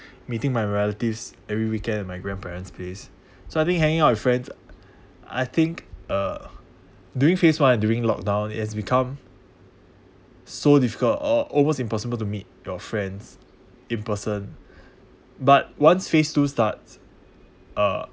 meeting my relatives every weekend at my grandparents' place so I think hanging out with friends I think uh during phase one and during locked down as become so difficult almost impossible to meet your friends in person but once phase two start uh